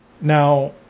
Now